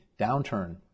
downturn